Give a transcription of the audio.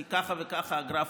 כי ככה וככה הגרפים,